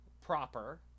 proper